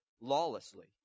lawlessly